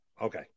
Okay